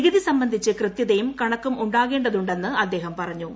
നികുതി സംബന്ധിച്ച് കൃത്യതയും കണക്കും ഉണ്ടാകേണ്ടതുണ്ടെന്ന് അദ്ദേഹം പറഞ്ഞു